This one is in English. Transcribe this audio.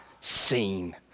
seen